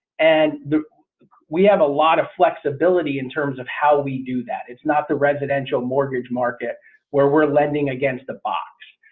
and we have a lot of flexibility in terms of how we do that. it's not the residential mortgage market where we're lending against the box.